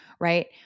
right